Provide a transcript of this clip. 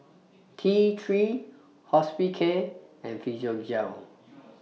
Tthree Hospicare and Physiogel